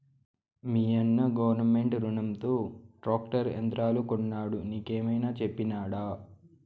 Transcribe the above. మీయన్న గవర్నమెంట్ రునంతో ట్రాక్టర్ యంత్రాలు కొన్నాడు నీకేమైనా చెప్పినాడా